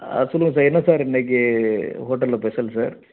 ஆ சொல்லுங்கள் சார் என்ன சார் இன்னிக்கு ஹோட்டலில் பெஷல் சார்